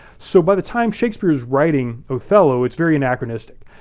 so by the time shakespeare's writing othello, it's very anachronistic.